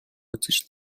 үзэж